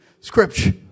scripture